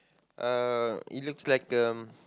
uh it looks like um